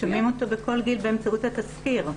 שומעים אותו בכל גיל באמצעות התסקיר.